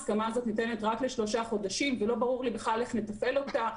ההסכמה הזאת ניתנת רק לשלושה חודשים ולא ברור לי בכלל איך נתפעל אותה,